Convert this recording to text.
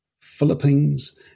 Philippines